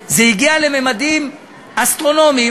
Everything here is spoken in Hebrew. זה הגיע לממדים אסטרונומיים.